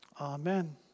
Amen